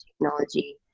technology